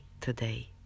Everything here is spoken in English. today